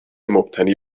مبتنی